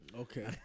Okay